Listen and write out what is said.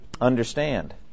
Understand